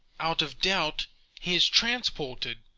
out of doubt he is transported.